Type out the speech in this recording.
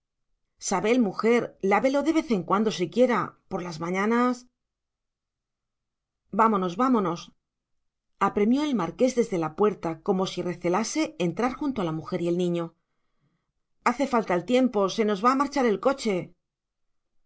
sabel mujer lávelo de vez en cuando siquiera por las mañanas vámonos vámonos apremió el marqués desde la puerta como si recelase entrar junto a la mujer y el niño hace falta el tiempo se nos va a marchar el coche